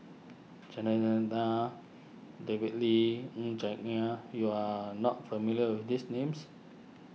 Chandran Nair David Lee Ng Chuan Yat you are not familiar with these names